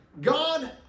God